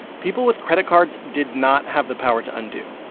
people with credit cards did not have the power to undo.